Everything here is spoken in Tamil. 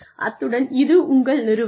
அத்துடன் இது உங்கள் நிறுவனம்